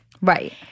Right